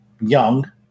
young